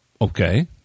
Okay